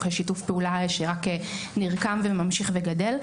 יש שיתוף פעולה שרק נרקם וממשיך וגדל,